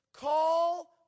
call